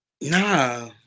Nah